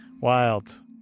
Wild